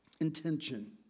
intention